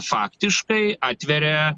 faktiškai atveria